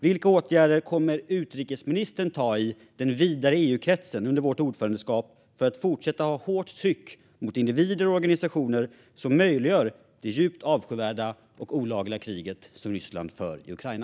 Vilka åtgärder kommer utrikesministern att vidta i den vidare EU-kretsen under vårt ordförandeskap för att fortsätta ha hårt tryck mot individer och organisationer som möjliggör för det djupt avskyvärda och olagliga krig som Ryssland för mot Ukraina?